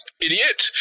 idiot